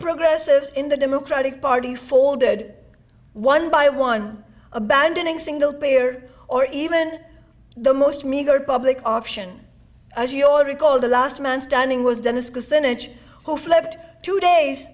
progressive in the democratic party folded one by one abandoning single payer or even the most meager public option as we all recall the last man standing was dennis kucinich who flipped two days